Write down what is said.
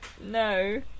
No